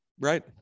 right